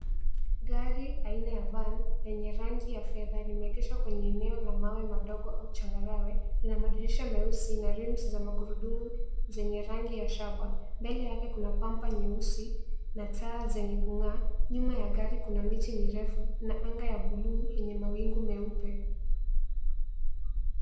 Gari aina ya Van lenye rangi ya fedha limeegeshwa kwenye eneo la mawe madogo au changarawe. Lina madirisha meusi na reams za magurudumu zenye rangi ya shaba. Mbele yake kuna bumber nyeusi na taa zenye kung'aa. Nyuma ya gari kuna miti mirefu na angaya bluu yenye mawingu meupe.